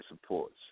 supports